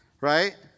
Right